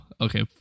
okay